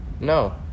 No